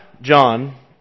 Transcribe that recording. John